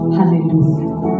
Hallelujah